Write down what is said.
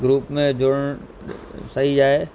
group में जुड़णु सही आहे